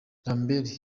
lambert